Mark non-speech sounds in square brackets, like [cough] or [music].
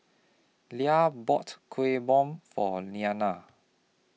Lia bought Kuih Bom For [unintelligible]